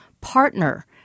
partner